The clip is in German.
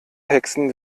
hexen